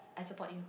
I support you